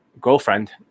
Girlfriend